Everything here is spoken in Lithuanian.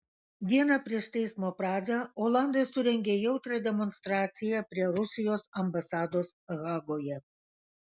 dieną prieš teismo pradžią olandai surengė jautrią demonstraciją prie rusijos ambasados hagoje